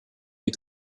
die